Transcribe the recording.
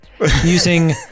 using